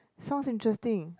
sounds interesting